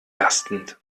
lastend